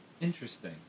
interesting